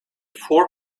four